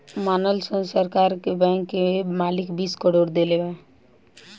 मानल सन सरकार के बैंक के मालिक बीस करोड़ देले बा